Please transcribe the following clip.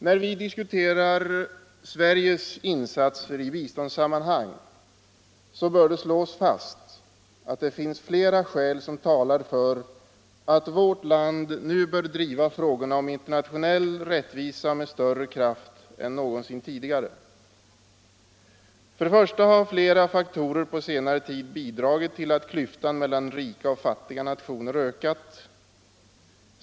När vi diskuterar Sveriges insatser i biståndssammanhang så bör det slås fast att det finns flera skäl som talar för att vårt land nu bör driva frågorna om internationell rättvisa med större kraft än någonsin tidigare. Flera faktorer har på senare tid bidragit till att klyftan mellan rika och fattiga nationer ökat.